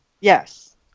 Yes